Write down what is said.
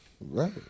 Right